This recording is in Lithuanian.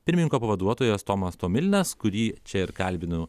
pirmininko pavaduotojas tomas tomilinas kurį čia ir kalbinu